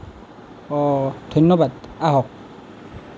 অঁ ধন্যবাদ আহক